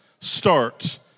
start